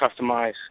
customize